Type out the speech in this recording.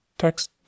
text